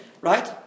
Right